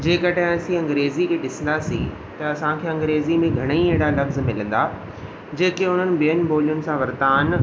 जेकॾहिं असीं अंग्रेज़ी खे ॾिसंदासीं त असांखे अंग्रेज़ी में घणेई अहिड़ा लफ़्ज़ मिलंदा जेके हुननि ॿियनि ॿोलियुनि सां वरिता आहिनि